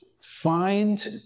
find